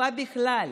בתקופה ובכלל,